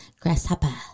grasshopper